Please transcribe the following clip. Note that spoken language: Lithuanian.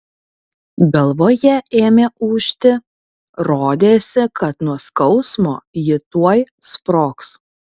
galvoje ėmė ūžti rodėsi kad nuo skausmo ji tuoj sprogs